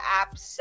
apps